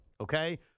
Okay